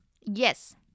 Yes